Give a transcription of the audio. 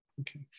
okay